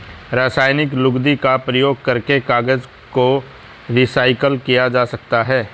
रासायनिक लुगदी का प्रयोग करके कागज को रीसाइकल किया जा सकता है